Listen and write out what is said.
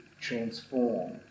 transform